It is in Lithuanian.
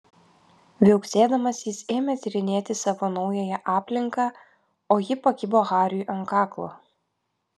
viauksėdamas jis ėmė tyrinėti savo naująją aplinką o ji pakibo hariui ant kaklo